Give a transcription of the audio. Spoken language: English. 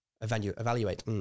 Evaluate